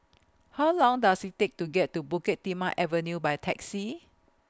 How Long Does IT Take to get to Bukit Timah Avenue By Taxi